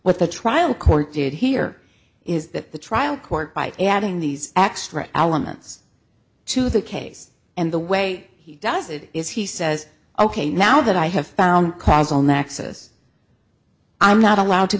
what the trial court did hear is that the trial court by adding these extra elements to the case and the way he does it is he says ok now that i have found causal nexus i'm not allowed to